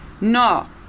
No